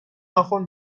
ناخن